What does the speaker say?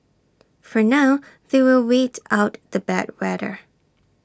for now they will wait out the bad weather